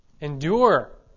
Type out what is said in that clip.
Endure